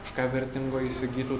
kažką vertingo įsigytų